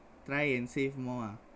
try and save more ah